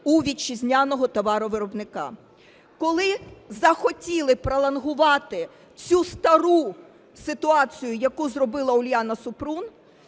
у вітчизняного товаровиробника. Коли захотіли пролонгувати цю стару ситуацію, яку зробила Уляна Супрун,